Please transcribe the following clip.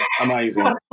Amazing